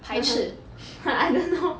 排斥